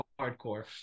hardcore